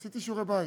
עשיתי שיעורי-בית.